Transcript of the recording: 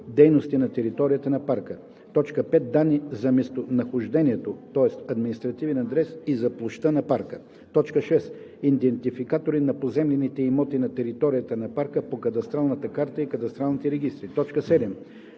дейности на територията на парка; 5. данни за местонахождението (административен адрес) и за площта на парка; 6. идентификатори на поземлените имоти на територията на парка по кадастралната карта и кадастралните регистри; 7.